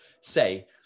say